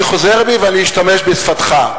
ואני משתמש בשפתך.